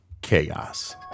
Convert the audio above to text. chaos